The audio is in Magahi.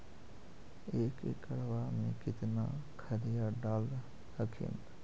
एक एकड़बा मे कितना खदिया डाल हखिन?